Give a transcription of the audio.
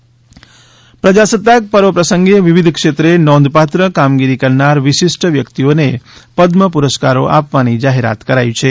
પદ્મ પુરસ્કારો પ્રજાસત્તાક પર્વ પ્રસંગે વિવિધ ક્ષેત્રે નોંધપાત્ર કામગીરી કરનાર વિશીષ્ટ વ્યક્તિઓને પદમ પુરસ્કારો આપવાની જાહેરાત કરાઇ છે